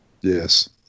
Yes